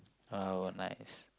uh what nice